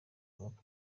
klopp